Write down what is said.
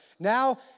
Now